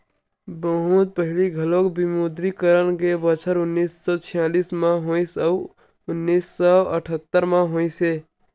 बहुत पहिली घलोक विमुद्रीकरन ह बछर उन्नीस सौ छियालिस म होइस अउ उन्नीस सौ अठत्तर म होइस हे